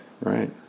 Right